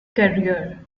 career